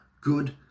good